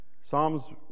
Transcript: Psalms